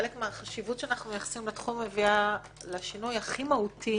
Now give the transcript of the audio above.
חלק מהחשיבות שאנחנו מייחסים לתחום הביאה לשינוי הכי מהותי